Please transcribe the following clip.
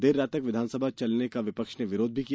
देर रात तक विधानसभा चलने का विपक्ष ने विरोध भी किया